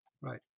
Right